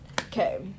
Okay